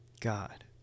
God